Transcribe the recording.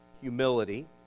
humility